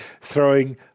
throwing